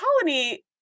colony